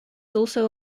also